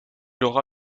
aura